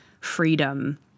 freedom